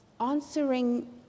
answering